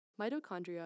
Mitochondria